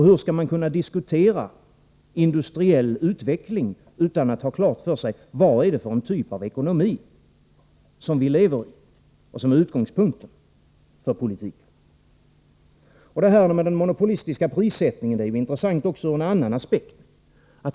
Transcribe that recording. Hur skall man kunna diskutera en industriell utveckling utan att ha klart för sig vad det är för en typ av ekonomi som vi lever i och som är utgångspunkten för politiken? Den monopolistiska prissättningen är intressant också ur en annan aspekt.